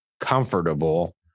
comfortable